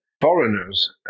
foreigners